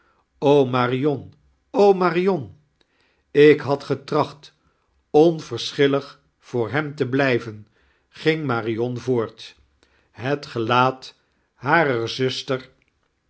marion o marioal ik liad getracht oavewschillig voor hem tei blijven ging marion voort het gelaat horeir zraster